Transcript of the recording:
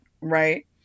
right